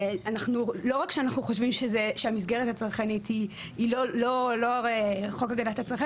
לא רק שאנחנו חושבים שהמסגרת הצרכנית היא לאור חוק הצרכן.